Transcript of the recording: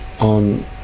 on